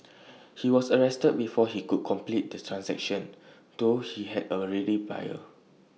he was arrested before he could complete the transaction though he had A ready buyer